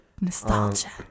nostalgia